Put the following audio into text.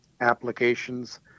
applications